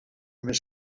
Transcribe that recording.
més